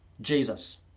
Jesus